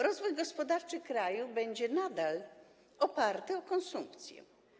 Rozwój gospodarczy kraju będzie nadal oparty na konsumpcji.